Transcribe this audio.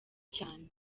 cyane